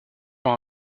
pas